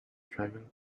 driving